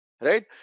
right